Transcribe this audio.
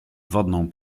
wodną